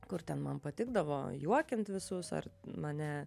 kur ten man patikdavo juokint visus ar mane